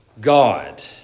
God